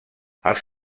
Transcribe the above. els